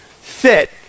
fit